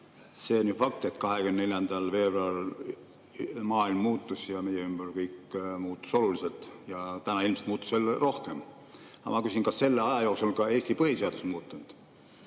See on ju fakt, et 24. veebruaril maailm muutus ja kõik meie ümber muutus oluliselt ja täna ilmselt muutus veel rohkem. Aga ma küsin, kas selle aja jooksul on ka Eesti põhiseadus muutunud.